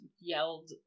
yelled